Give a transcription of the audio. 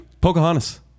Pocahontas